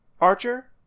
Archer